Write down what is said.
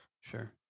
Sure